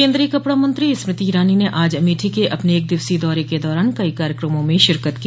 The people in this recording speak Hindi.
केन्द्रीय कपड़ा मंत्री स्मृति ईरानी ने आज अमेठी के अपने एक दिवसीय दौरे के दौरान कई कार्यकमों में शिरकत की